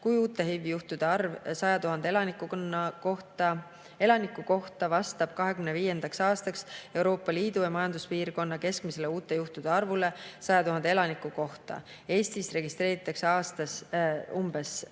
kui uute HIV-juhtude arv 100 000 elaniku kohta vastab 2025. aastaks Euroopa Liidu ja [Euroopa] Majanduspiirkonna keskmisele uute juhtude arvule 100 000 elaniku kohta. Eestis registreeritakse aastas umbes 25